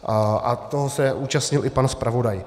A toho se účastnil i pan zpravodaj.